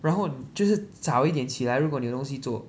然后就是早一点起来如果你有东西做